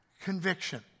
conviction